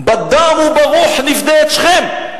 "בדם וברוח נפדה את שכם".